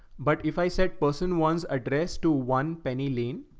but if i set person once addressed to one penny lien,